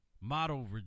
model